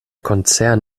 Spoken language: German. konzern